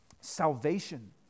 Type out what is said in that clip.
salvation